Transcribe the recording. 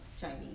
Chinese